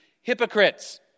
hypocrites